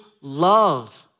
love